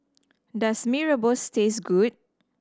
does Mee Rebus taste good